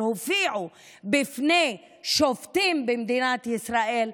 הם הופיעו בפני שופטים במדינת ישראל,